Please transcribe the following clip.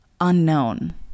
unknown